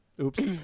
oops